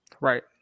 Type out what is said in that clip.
Right